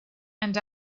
and